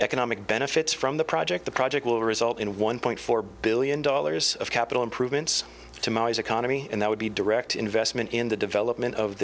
economic benefits from the project the project will result in one point four billion dollars of capital improvements to my economy and that would be direct investment in the development of